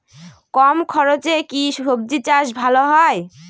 কম খরচে কি সবজি চাষ ভালো হয়?